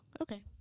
Okay